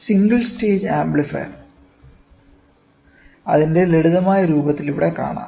single stage amplifier അതിന്റെ ലളിതമായ രൂപത്തിൽ ഇവിടെ കാണാം